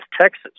Texas